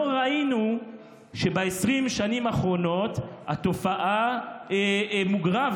לא ראינו שב-20 השנים האחרונות התופעה מוגרה,